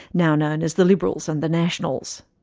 now known as the liberals and the nationals.